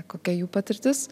kokia jų patirtis